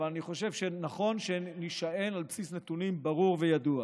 אבל אני חושב שנכון שנישען על בסיס נתונים ברור וידוע.